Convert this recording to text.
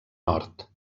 nord